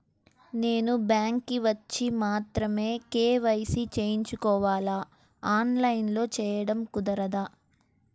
నేను బ్యాంక్ వచ్చి మాత్రమే కే.వై.సి చేయించుకోవాలా? ఆన్లైన్లో చేయటం కుదరదా?